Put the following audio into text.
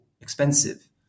expensive